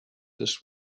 this